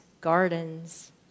gardens